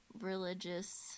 religious